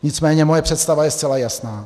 Nicméně moje představa je zcela jasná.